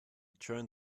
turned